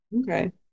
Okay